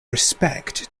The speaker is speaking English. respect